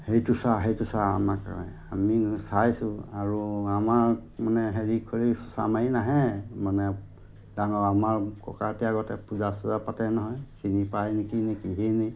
সেইটো চা সেইটো চা আমাক আমি চাইছোঁ আৰু আমাৰ মানে হেৰি কৰি চোঁচা মাৰি নাহে মানে ডাঙৰ আমাৰ ককাহঁতে আগতে পূজা চূজা পাতে নহয় চিনি পায় নেকি নে কিহেই নে